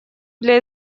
для